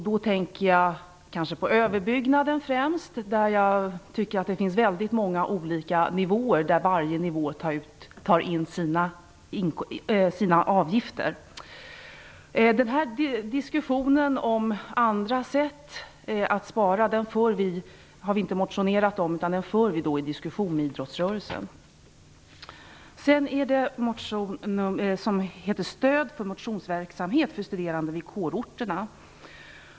Då tänker jag kanske främst på överbyggnaden, där det finns väldigt många olika nivåer som var och en tar ut sina avgifter. Diskussionen om andra sätt att spara har vi inte motionerat om, utan den för vi med idrottsrörelsen. Sedan är det en motion som heter Stöd för motionsverksamhet för studerande vid kårorterna.